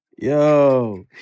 Yo